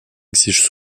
exigent